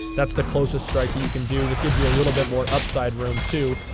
that's the closest strike that you can do. this gives you a little bit more upside room, too.